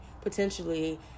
potentially